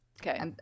Okay